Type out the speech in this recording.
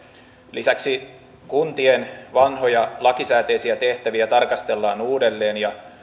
lisäksi kuntien vanhoja lakisääteisiä tehtäviä tarkastellaan uudelleen ja